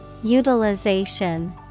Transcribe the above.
Utilization